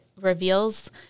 reveals